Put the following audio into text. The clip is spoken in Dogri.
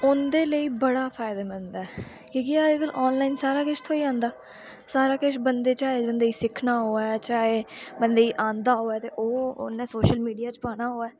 उं'दे लेई बड़ा फायदामंद ऐ कि के अज्जकल ऑनलाइन सारा किश थ्होई जंदा सारा किश बंदे चाहिदे होंदे सिक्खना होऐ चाहे बंदे गी आंदा होऐ ते ओह् उन्नै सोशल मीडिया च पाना होऐ